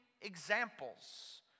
examples